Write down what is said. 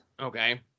Okay